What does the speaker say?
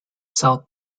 south